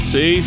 See